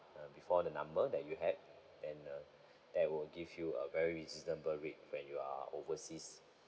before the number that you have then uh that will give you a very reasonable rate when you are overseas